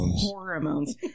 hormones